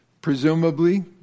presumably